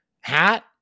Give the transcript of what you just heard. hat